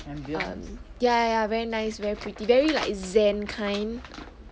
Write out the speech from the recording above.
err ya ya very nice very pretty very like zen kind